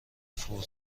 فور